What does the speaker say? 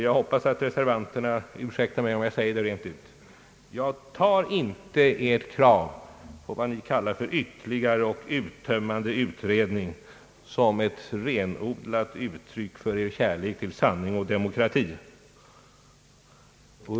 Jag hoppas reservanterna ursäktar mig om jag säger rent ut: Jag tar inte ert krav på ytterligare, uttömmande redovisning som eti renodlat uttryck för kärlek till sanning och demokrati.